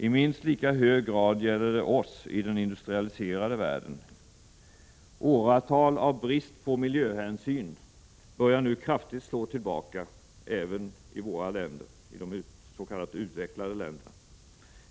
I minst lika hög grad gäller det oss i den industrialiserade världen. Åratal av brist på miljöhänsyn börjar nu kraftigt slå tillbaka även i våra länder, de s.k. utvecklade länderna.